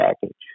package